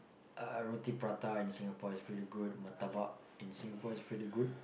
uh roti-prata in Singapore is really good murtabak in Singapore is really good